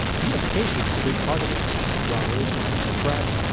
beautification is a big part of it planting flowers, picking up trash.